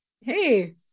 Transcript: hey